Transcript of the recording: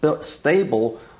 stable